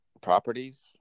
properties